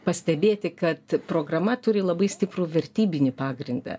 pastebėti kad programa turi labai stiprų vertybinį pagrindą